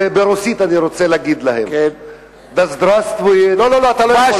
אני רוצה להגיד להם ברוסית, לא, אתה לא יכול.